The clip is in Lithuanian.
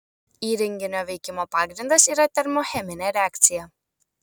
įrenginio veikimo pagrindas yra termocheminė reakcija